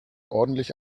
ordentlich